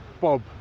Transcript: Bob